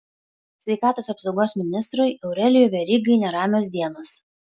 sveikatos apsaugos ministrui aurelijui verygai neramios dienos